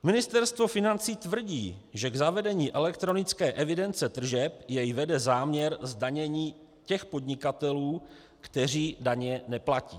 Ministerstvo financí tvrdí, že k zavedení elektronické evidence tržeb jej vede záměr zdanění těch podnikatelů, kteří daně neplatí.